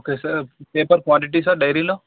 okay sir paper quality sir డైరీలో